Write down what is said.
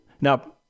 Now